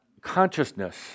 consciousness